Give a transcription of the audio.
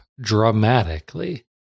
dramatically